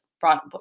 brought